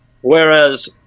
Whereas